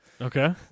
Okay